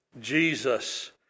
Jesus